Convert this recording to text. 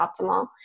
Optimal